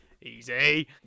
Easy